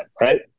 right